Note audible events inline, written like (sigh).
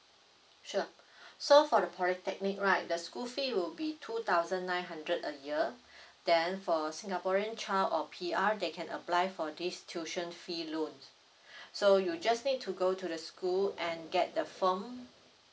sure (breath) so for polytechnic right the school fee would be two thousand nine hundred a year (breath) then for singaporean child or P_R they can apply for this tuition fee loan (breath) so you just need to go to the school and get the form